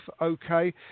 okay